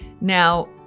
Now